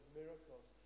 miracles